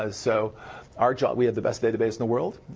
ah so our job we have the best database in the world.